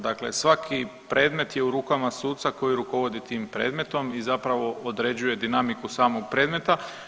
Dakle, svaki predmet je u rukama suca koji rukovodi tim predmetom i zapravo određuje dinamiku samog predmeta.